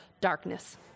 darkness